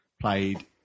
played